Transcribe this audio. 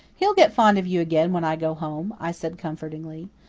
he'll get fond of you again when i go home, i said comfortingly.